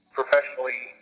professionally